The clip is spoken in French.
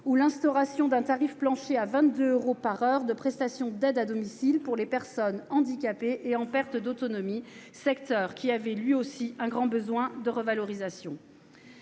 ou l'instauration d'un tarif plancher à 22 euros par heure de prestations d'aide à domicile pour les personnes handicapées et en perte d'autonomie. Ce secteur avait, lui aussi, un grand besoin de revalorisation.